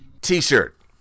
T-shirt